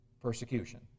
persecution